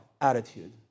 attitude